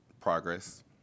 progress